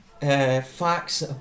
facts